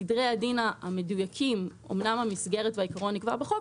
סדרי הדין המדויקים אומנם המסגרת והעיקרון נקבעו בחוק